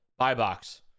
Buybox